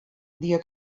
dia